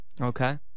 Okay